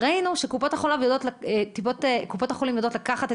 ראינו שקופות החולים יודעות לקחת את